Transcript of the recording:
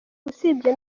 usibye